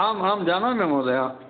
आम् आम् जानामि महोदय